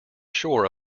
shore